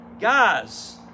Guys